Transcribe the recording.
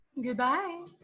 Goodbye